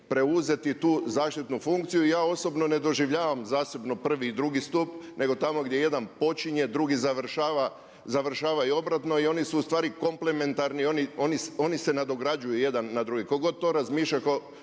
preuzeti tu zaštitnu funkciju. I ja osobno ne doživljavam zasebno prvi i drugi stup nego tamo gdje jedan počinje, drugi završava, završava i obratno. I oni su ustvari komplementarni, oni se nadograđuju jedan na drugi. Tko god to razmišlja o dva sustava